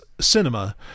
cinema